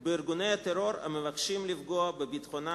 בארגוני הטרור המבקשים לפגוע בביטחונה,